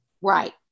Right